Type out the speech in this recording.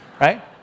right